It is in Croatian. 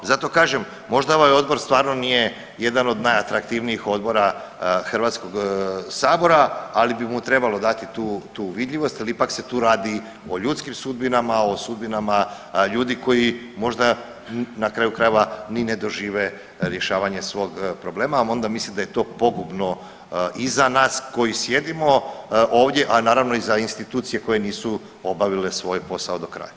Zato kažem možda ovaj odbor stvarno nije jedan od najatraktivnijih odbora Hrvatskog sabora, ali bi mu trebalo dati tu, tu vidljivost jer ipak se tu radi o ljudskim sudbinama, o sudbinama ljudi koji možda na kraju krajeva ni ne dožive rješavanje svog problema, a onda mislim da je to pogubno i za nas koji sjedimo ovdje, a naravno i za institucije koje nisu obavile svoj posao dokraja.